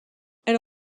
elle